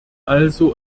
also